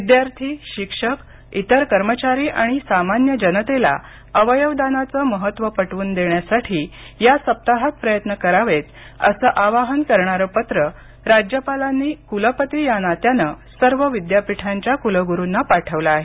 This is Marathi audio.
विद्यार्थी शिक्षक इतर कर्मचारी आणि सामान्य जनतेला अवयव दानाचं महत्व पटवून देण्यासाठी या सप्ताहात प्रयत्न व्हावेत असं आवाहन करणारं पत्र राज्यपालांनी कुलपती या नात्यानं सर्व विद्यापीठांच्या कुलगुरूना पाठवलं आहे